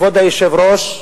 כבוד היושב-ראש,